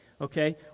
okay